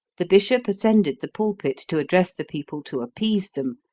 the bishop ascended the pulpit to address the people to appease them,